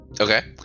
Okay